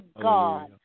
God